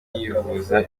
yivuza